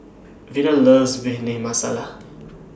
Vena loves Bhindi Masala